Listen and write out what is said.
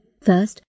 First